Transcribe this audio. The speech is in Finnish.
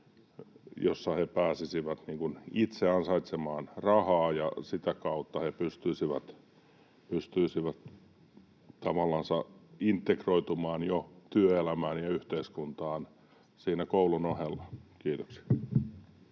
jossa he pääsisivät itse ansaitsemaan rahaa ja sitä kautta he pystyisivät tavallansa integroitumaan jo työelämään ja yhteiskuntaan siinä koulun ohella. — Kiitoksia.